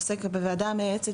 עוסק בוועדה המייעצת,